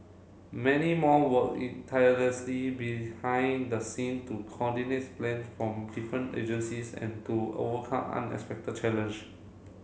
many more worked tirelessly behind the scene to coordinate plans from different agencies and to overcome unexpected challenge